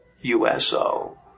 USO